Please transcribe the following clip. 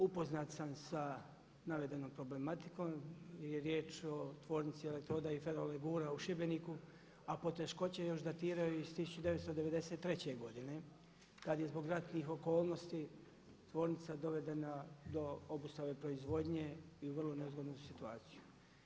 Upoznat sam sa navedenom problematikom jer je riječ o tvornici elektroda i ferolegura u Šibeniku a poteškoće još datiraju iz 1993. godine kada je zbog ratnih okolnosti tvornica dovedena do obustave proizvodnje i u vrlo neugodnu situaciju.